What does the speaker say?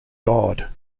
god